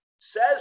Says